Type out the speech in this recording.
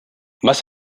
más